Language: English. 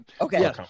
Okay